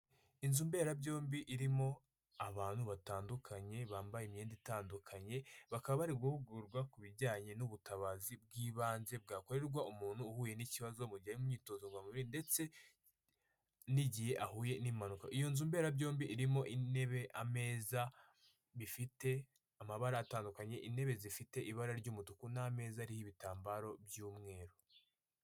Inzu mberabyombi irimo abantu batandukanye bambaye imyenda itandukanye bakaba bari guhugurwa ku bijyanye n'ubutabazi bw'ibanze bwakorerwa umuntu uhuye n'ikibazo mu gihe imyitozo ngororamubiri ndetse n'igihe ahuye n'impanuka iyo nzu mberabyombi irimo intebe ameza bifite amabara atandukanye intebe zifite ibara ry'umutuku n'ameza ariho ibitambaro by'umweru.